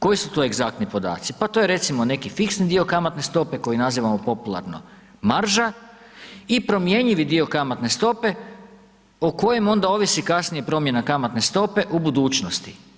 Koji su to egzaktni podatci pa to je recimo neki fiksni dio kamatne stope koji nazivamo popularno marža i promjenjivi dio kamatne stope o kojem onda ovisi kasnije promjena kamatne stope u budućnosti.